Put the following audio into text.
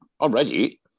Already